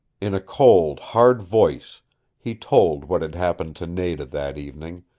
in a cold, hard voice he told what had happened to nada that evening,